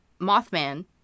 Mothman